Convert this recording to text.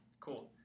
cool